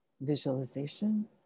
visualization